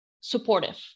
supportive